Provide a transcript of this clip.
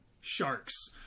sharks